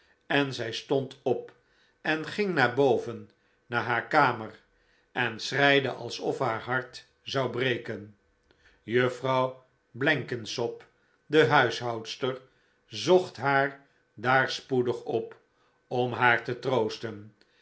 en zij stond op en ging naar boven naar haar kamer en schreide alsof haar hart zou breken juffrouw blenkinsop de huishoudster zocht haar daar spoedig op om haar te troosten